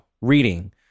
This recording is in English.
reading